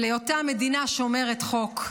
ולהיותה מדינה שומרת חוק.